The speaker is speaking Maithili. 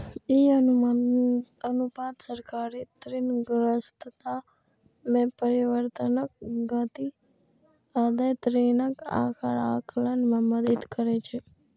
ई अनुपात सरकारी ऋणग्रस्तता मे परिवर्तनक गति आ देय ऋणक आकार आकलन मे मदति करै छै